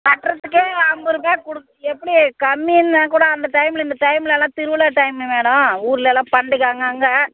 கட்டுறதுக்கே ஐம்பதுருபா கொடுத்து எப்படி கம்மினால் கூட அந்த டைம்ல இந்த டைம்லலாம் திருவிழா டைமு மேடம் ஊர்லலாம் பண்டிகை அங்கங்கே